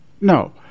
No